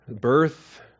Birth